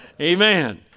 Amen